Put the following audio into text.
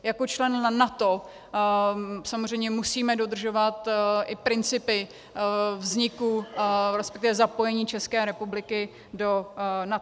Jako člen NATO samozřejmě musíme dodržovat i principy vzniku, respektive zapojení České republiky do NATO.